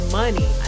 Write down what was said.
money